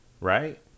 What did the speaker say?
right